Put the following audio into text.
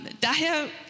Daher